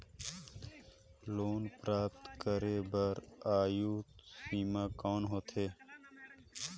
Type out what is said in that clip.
Loan प्राप्त करे बर आयु सीमा कौन होथे?